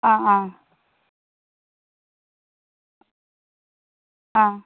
অঁ অঁ অঁ